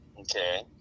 okay